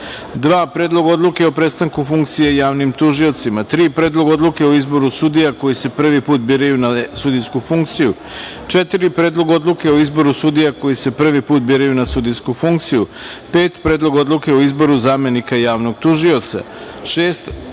Predlog odluke o prestanku funkcije javnim tužiocima;3. Predlog odluke o izboru sudija koji se prvi put biraju na sudijsku funkciju;4. Predlog odluke o izboru sudija koji se prvi put biraju na sudijsku funkciju;.5. Predlog odluke o izboru zamenika javnog tužioca;6. Predlog odluke o razrešenju i